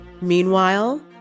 Meanwhile